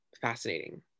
fascinating